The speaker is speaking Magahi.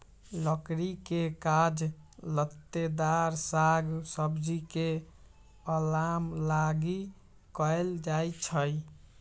लकड़ी के काज लत्तेदार साग सब्जी के अलाम लागी कएल जाइ छइ